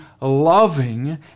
loving